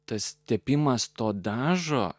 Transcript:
tas tepimas to dažo